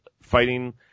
fighting